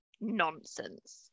nonsense